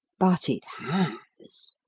but it has.